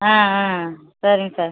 ஆ ஆ சரிங்க சார்